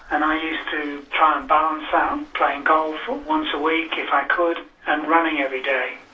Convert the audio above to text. and i used to try and balance out playing golf once a week if i could and running every day.